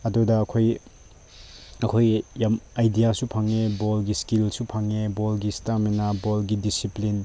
ꯑꯗꯨꯗ ꯑꯩꯈꯣꯏ ꯑꯩꯈꯣꯏꯒꯤ ꯌꯥꯝ ꯑꯥꯏꯗꯤꯌꯥꯁꯨ ꯐꯪꯉꯦ ꯕꯣꯜꯒꯤ ꯏꯁꯀꯤꯜꯁꯨ ꯐꯪꯉꯦ ꯕꯣꯜꯒꯤ ꯏꯁꯇꯥꯃꯤꯅꯥ ꯕꯣꯜꯒꯤ ꯗꯤꯁꯤꯄ꯭ꯂꯤꯟ